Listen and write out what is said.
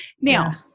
Now